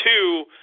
two